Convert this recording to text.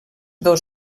dos